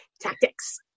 Tactics